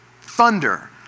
Thunder